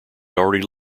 already